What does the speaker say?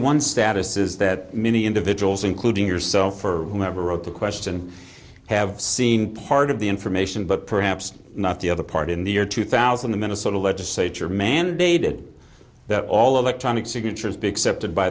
one status is that many individuals including yourself for whomever wrote the question have seen part of the information but perhaps not the other part in the year two thousand the minnesota legislature mandated that all electronic signatures be excepted by